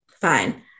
fine